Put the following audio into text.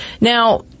Now